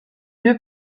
deux